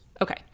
Okay